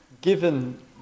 Given